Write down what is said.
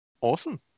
Awesome